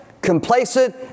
Complacent